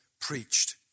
preached